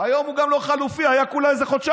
היום הוא גם לא חלופי, היה כולה איזה חודשיים,